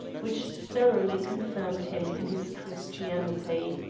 which thoroughly confirmed him in his christianity.